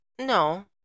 No